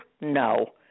No